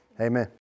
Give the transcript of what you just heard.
Amen